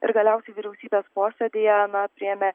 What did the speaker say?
ir galiausiai vyriausybės posėdyje na priėmė